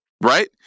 right